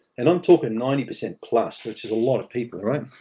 and, i'm talking ninety percent plus, which is a lot of people, right?